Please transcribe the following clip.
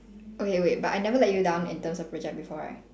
okay wait but I never let you down in terms of project before right